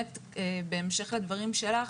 בהמשך לדברים שלך,